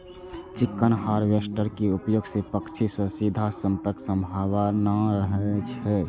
chicken harvester के उपयोग सं पक्षी सं सीधा संपर्कक संभावना नै रहै छै